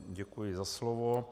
Děkuji za slovo.